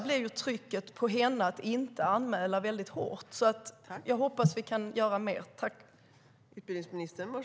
Trycket på henne att inte anmäla blir väldigt hårt. Jag hoppas att vi kan göra mer.